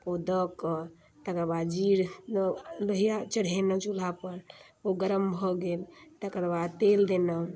ओ दऽ कऽ तकर बाद जीर लोहिया चढ़ेलहुँ चूल्हापर ओ गरम भऽ गेल तकर बाद तेल देलहुँ